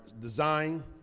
design